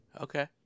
Okay